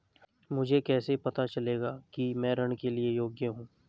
मुझे कैसे पता चलेगा कि मैं ऋण के लिए योग्य हूँ?